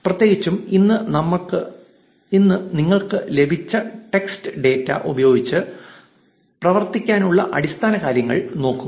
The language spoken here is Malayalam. പ്രത്യേകിച്ചും ഇന്ന് നമ്മൾ നിങ്ങൾക്ക് ലഭിച്ച ടെക്സ്റ്റ് ഡാറ്റ ഉപയോഗിച്ച് പ്രവർത്തിക്കാനുള്ള അടിസ്ഥാനകാര്യങ്ങൾ നോക്കും